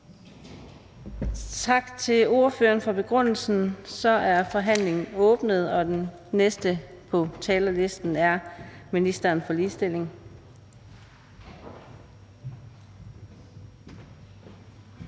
forslagsstillerne for begrundelsen. Så er forhandlingen åbnet, og den næste på talerlisten er ministeren for ligestilling.